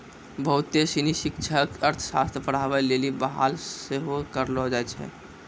बहुते सिनी शिक्षक अर्थशास्त्र पढ़ाबै लेली बहाल सेहो करलो जाय छै